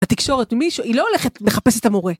התקשורת, מישהו, היא לא הולכת מחפשת את המורה.